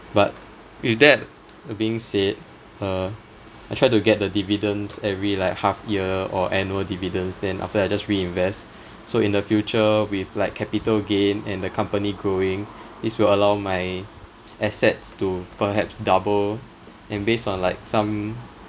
but with that being said uh I try to get the dividends every like half year or annual dividends then after that I just reinvest so in the future with like capital gain and the company growing this will allow my assets to perhaps double and based on like some